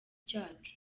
cyacu